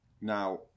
now